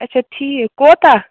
اچھا ٹھیٖک کوتاہ